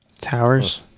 Towers